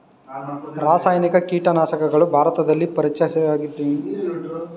ರಾಸಾಯನಿಕ ಕೀಟನಾಶಕಗಳು ಭಾರತದಲ್ಲಿ ಪರಿಚಯಿಸಿದಾಗಿನಿಂದ ಕೃಷಿಯಲ್ಲಿ ಪ್ರಮುಖ ಪಾತ್ರ ವಹಿಸಿವೆ